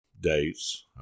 dates